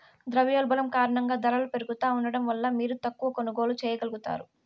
ద్రవ్యోల్బణం కారణంగా దరలు పెరుగుతా ఉండడం వల్ల మీరు తక్కవ కొనుగోల్లు చేయగలుగుతారు